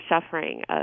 suffering